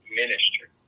ministry